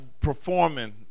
performing